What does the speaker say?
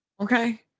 okay